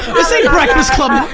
this ain't breakfast club.